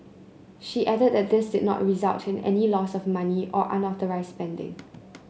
she added that this did not result in any loss of money or unauthorised spending